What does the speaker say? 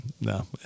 no